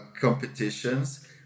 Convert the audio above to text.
competitions